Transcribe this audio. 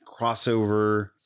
crossover